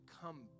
come